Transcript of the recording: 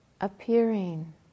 appearing